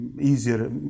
easier